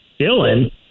Dylan